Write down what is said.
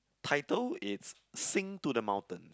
title it's sing to the mountains